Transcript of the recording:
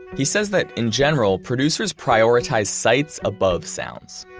he says that, in general, producers prioritize sights above sounds.